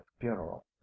funeral